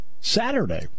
Saturday